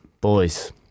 boys